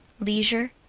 leisure.